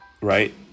right